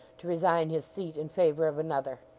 to resign his seat in favour of another?